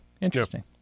interesting